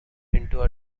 into